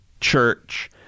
church